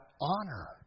honor